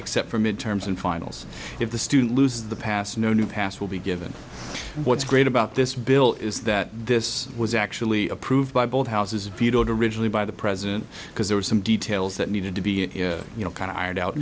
except for midterms and finals if the student lose the pass no new pass will be given what's great about this bill is that this was actually approved by both houses vetoed originally by the president because there were some details that needed to be you know kind of ironed out